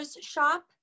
shop